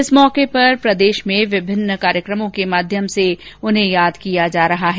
इस मौके पर प्रदेश में विभिन्न कार्यक्रमों के माध्यम से उन्हें याद किया जा रहा है